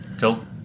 Cool